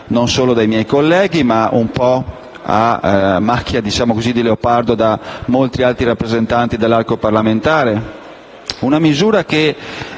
non solo dai miei colleghi ma, un po' a macchia di leopardo, anche da molti altri rappresentanti dell'arco parlamentare.